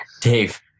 Dave